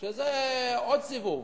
שזה עוד סיבוב.